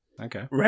Okay